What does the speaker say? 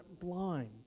blind